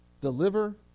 Deliver